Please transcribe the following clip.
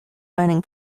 learning